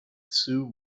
sioux